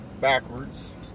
backwards